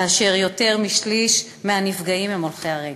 כאשר יותר משליש מהנפגעים הם הולכי רגל.